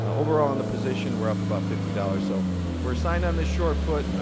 overall on the position we're up about fifty dollars. so we're signed on this short put.